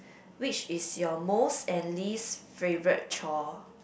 which is your most and least favourite chore